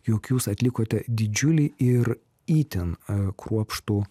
jog jūs atlikote didžiulį ir itin kruopštų